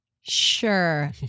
Sure